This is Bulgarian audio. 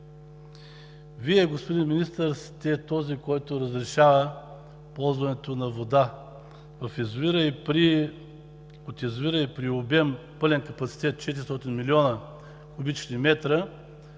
Вие, господин Министър, сте този, който разрешава ползването на вода от язовира, и при обем пълен капацитет 400 млн. куб. м